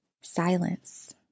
Silence